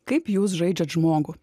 kaip jūs žaidžiat žmogų